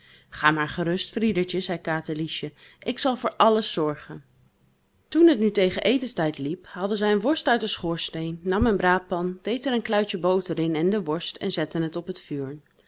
ga maar gerust friedertje zei katerliesje ik zal voor alles zorgen toen het nu tegen etenstijd liep haalde zij een worst uit den schoorsteen nam een braadpan deed er een kluitje boter in en de worst en zette het op het vuur